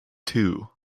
two